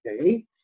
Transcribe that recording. okay